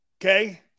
Okay